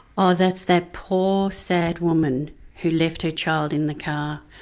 oh that's that poor, sad woman who left her child in the car,